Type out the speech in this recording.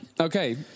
Okay